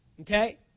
Okay